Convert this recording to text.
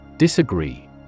Disagree